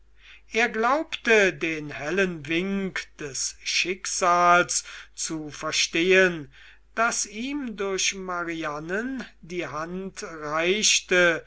er glaubte den hellen wink des schicksals zu verstehen das ihm durch marianen die hand reichte